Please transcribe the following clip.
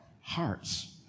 hearts